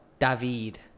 David